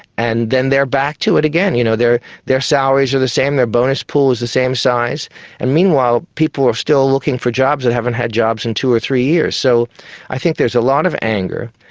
and then they are back to it again. you know their their salaries are the same, their bonus pool is the same size. and meanwhile people are still looking for jobs that haven't had jobs in two or three years. so i think there's a lot of anger,